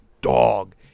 dog